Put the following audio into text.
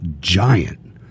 giant